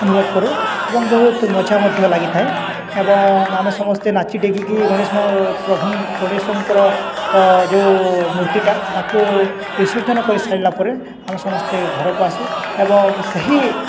ଅନୁଭବ କରୁ ଏବଂ ବହୁତ ମଜା ମଧ୍ୟ ଲାଗିଥାଏ ଏବଂ ଆମେ ସମସ୍ତେ ନାଚିକି ଗଣେଶ ପ୍ରଭୁ ଗଣେଶଙ୍କର ଯୋଉ ମୂର୍ତ୍ତିଟା ତାକୁ ବିସର୍ଜନ କରି ସାରିଲା ପରେ ଆମେ ସମସ୍ତେ ଘରକୁ ଆସୁ ଏବଂ ସେହି